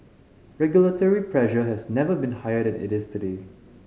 regulatory pressure has never been higher than it is today